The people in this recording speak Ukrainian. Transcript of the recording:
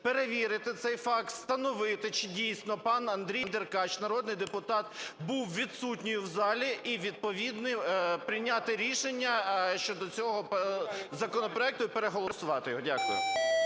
перевірити цей факт, встановити чи дійсно пан Андрій Деркач, народний депутат, був відсутній в залі і відповідно прийняти рішення щодо цього законопроекту і переголосувати його. Дякую.